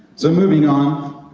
so moving on,